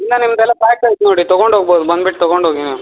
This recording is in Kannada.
ಇಲ್ಲ ನಿಮ್ದೆಲ್ಲ ಪ್ಯಾಕ್ ಆಯ್ತ್ ನೋಡಿ ತೊಗೊಂಡು ಹೋಗ್ಬೋದು ಬಂದ್ಬಿಟ್ಟು ತೊಗೊಂಡು ಹೋಗಿ ನೀವು